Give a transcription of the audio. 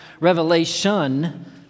Revelation